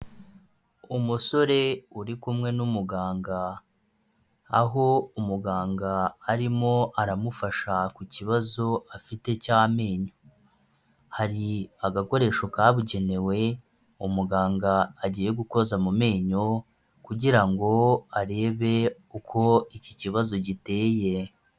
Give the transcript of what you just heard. Umusore uri kumwe n'umuganga aho umuganga arimo aramufasha ku kibazo afite cy'amenyo hari agakoresho kabugenewe umuganga agiye gukoza mu menyo kugira ngo arebe uko iki kibazo giteye.